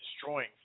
destroying